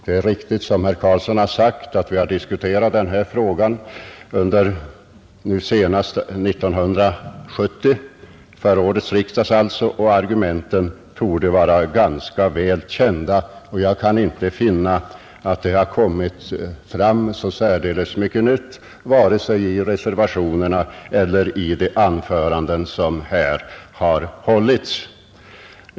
Det är riktigt som herr Carlsson i Vikmanshyttan har sagt, att vi har diskuterat denna fråga under förra årets riksdag. Argumenten torde vara ganska väl kända, och jag kan inte finna att det har kommit fram särdeles mycket nytt vare sig i reservationerna eller i de anföranden som här har hållits.